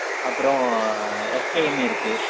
அப்புறோம் எஸ்கேஎம் இருக்கு